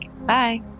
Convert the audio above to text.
Bye